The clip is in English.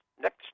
Next